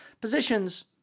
positions